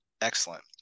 Excellent